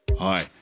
Hi